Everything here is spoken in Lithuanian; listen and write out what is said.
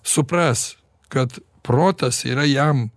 supras kad protas yra jam